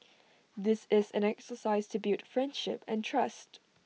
this is an exercise to build friendship and trust